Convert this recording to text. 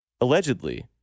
Allegedly